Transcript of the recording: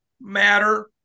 matter